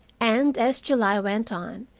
and, as july went on,